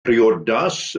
priodas